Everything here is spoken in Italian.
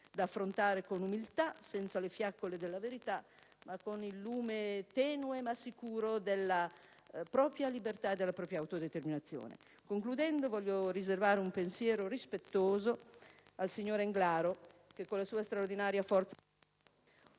da affrontare con umiltà, senza le fiaccole della verità, ma con il lume tenue ma sicuro della propria libertà e della propria autodeterminazione. In conclusione, voglio riservare un pensiero rispettoso al signor Englaro che con la sua straordinaria forza